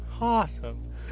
Awesome